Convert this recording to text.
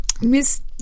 miss